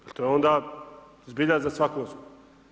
Jel to je onda zbilja za svaku osudu.